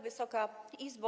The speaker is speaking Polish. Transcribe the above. Wysoka Izbo!